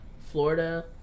Florida